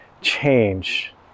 change